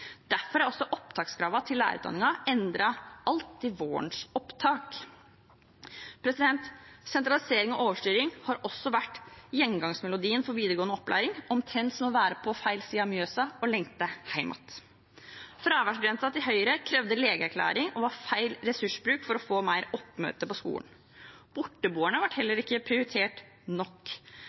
Derfor er også opptakskravene til lærerutdanningen endret alt fra vårens opptak. Sentralisering og overstyring har også vært gjennomgangsmelodien for videregående opplæring, omtrent som å være på «feil side ta Mjøsa» og lengte «hematt». Fraværsgrensen til Høyre krevde legeerklæring og var feil ressursbruk for å få mer oppmøte på skolen. Borteboerne ble heller ikke prioritert nok,